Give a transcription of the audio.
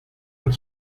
het